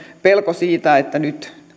pelko siitä että nyt